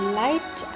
light